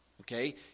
okay